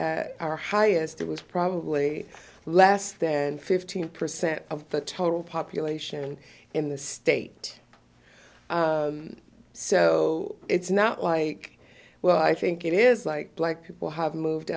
it's our highest it was probably less than fifteen percent of the total population in the state so it's not like well i think it is like black people have moved